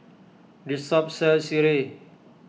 this shop sells Sireh